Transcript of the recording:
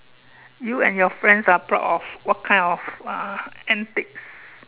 you and your friends are proud of what kind of uh antic